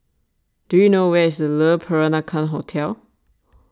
do you know where is Le Peranakan Hotel